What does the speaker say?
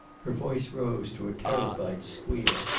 her voice rose to a terrified squeal.